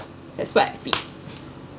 that's what pete